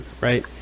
right